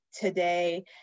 today